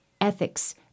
ethics